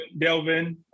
Delvin